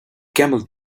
camel